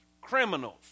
criminals